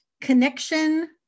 connection